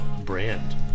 brand